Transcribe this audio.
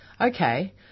okay